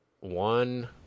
one